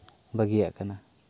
ᱵᱟᱹᱜᱤᱭᱟᱜ ᱠᱟᱱᱟ